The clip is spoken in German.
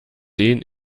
den